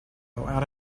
out